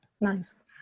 nice